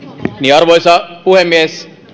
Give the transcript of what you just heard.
arvoisa puhemies